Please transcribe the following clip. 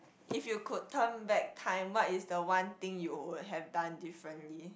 if you could turn back time what is the one thing you would have down differently